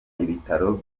ibitaro